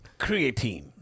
Creatine